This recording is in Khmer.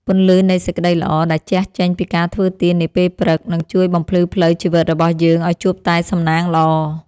ពន្លឺនៃសេចក្ដីល្អដែលជះចេញពីការធ្វើទាននាពេលព្រឹកនឹងជួយបំភ្លឺផ្លូវជីវិតរបស់យើងឱ្យជួបតែសំណាងល្អ។